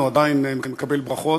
הוא עדיין מקבל ברכות,